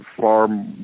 far